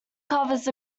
covers